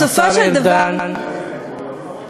בסופו של דבר, בבקשה.